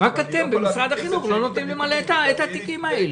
רק אתם במשרד החינוך לא נותנים למלא את התיקים האלה.